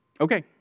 Okay